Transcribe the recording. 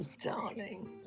darling